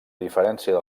diferència